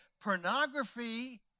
pornography